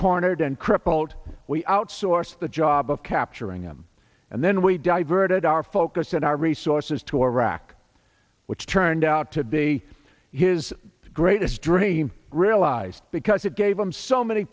cornered and crippled we outsource the job of capturing him and then we diverted our focus and our resources to iraq which turned out to be his greatest dream realized because it gave him so many